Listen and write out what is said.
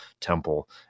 temple